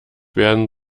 werden